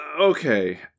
okay